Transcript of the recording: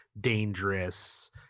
dangerous